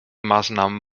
maßnahmen